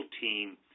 team